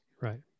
Right